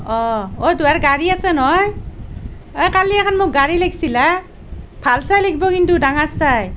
অঁ অঁ তোমাৰ গাড়ী আছে নহয় এই কালি এখন মোক গাড়ী লাগিছিলহে ভাল চাই লাগিব কিন্তু ডাঙৰ চাই